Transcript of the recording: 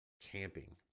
camping